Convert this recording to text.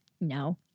No